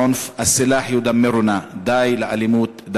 (אומר בערבית: די לאלימות, הנשק הורס אותנו).